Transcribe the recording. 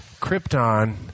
Krypton